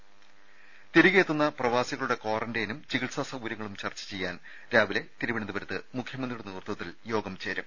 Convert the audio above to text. ത തിരികെ എത്തുന്ന പ്രവാസികളുടെ ക്വാറന്റൈനും ചികിത്സാ സൌകര്യങ്ങളും ചർച്ച ചെയ്യാൻ രാവിലെ തിരുവനന്തപുരത്ത് മുഖ്യമന്ത്രിയുടെ നേത്വത്വത്തിൽ യോഗം ചേരും